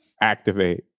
activate